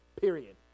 period